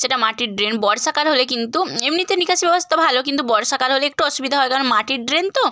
সেটা মাটির ড্রেন বর্ষাকাল হলে কিন্তু এমনিতে নিকাশি ব্যবস্থা ভালো কিন্তু বর্ষাকাল হলে একটু অসুবিধা হয় কারণ মাটির ড্রেন তো